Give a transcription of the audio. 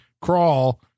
crawl